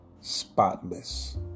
Spotless